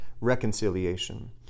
reconciliation